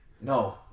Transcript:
No